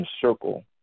circle